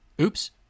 Oops